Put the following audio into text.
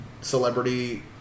celebrity